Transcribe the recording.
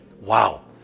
Wow